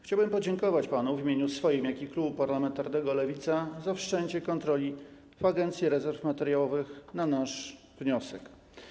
Chciałbym podziękować panu w imieniu zarówno swoim, jak i klubu parlamentarnego Lewica za wszczęcie kontroli w Agencji Rezerw Materiałowych na nasz wniosek.